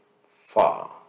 far